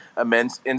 immense